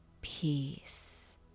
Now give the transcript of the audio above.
peace